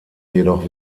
jedoch